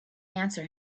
answer